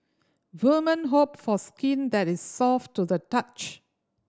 woman hope for skin that is soft to the touch